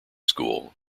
school